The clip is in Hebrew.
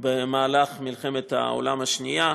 במהלך מלחמת העולם השנייה,